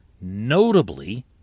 notably